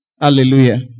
Hallelujah